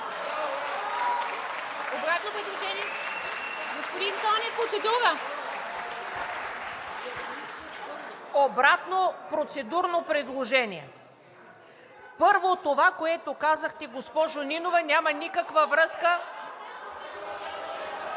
Обратно процедурно предложение. Първо, това, което казахте, госпожо Нинова, няма никаква връзка.